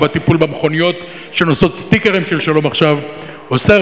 או בטיפול במכוניות שנושאות סטיקרים של "שלום עכשיו" עושה